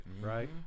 Right